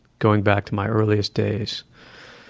going back to my earliest days.